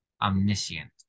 omniscient